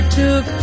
took